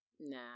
nah